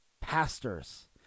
pastors